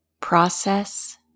process